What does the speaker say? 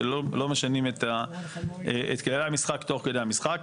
שלא משנים את כללי המשחק תוך כדי המשחק.